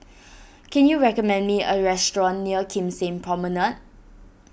can you recommend me a restaurant near Kim Seng Promenade